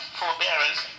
forbearance